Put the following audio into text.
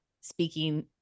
speaking